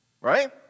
Right